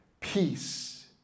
peace